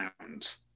pounds